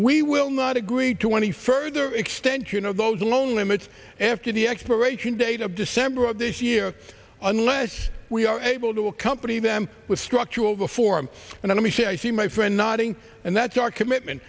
we will not agree to any further extension of those loan limits after the expiration date of december of this year unless we are able to accompany them with structural reform and let me say i see my friend nodding and that's our commitment